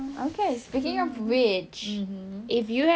okay speaking of which if you have